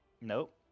Nope